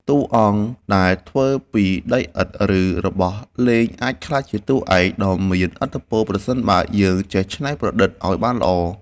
តួអង្គដែលធ្វើពីដីឥដ្ឋ ឬ របស់លេងអាចក្លាយជាតួឯកដ៏មានឥទ្ធិពលប្រសិនបើយើងចេះច្នៃប្រឌិតឱ្យបានល្អ។